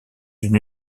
une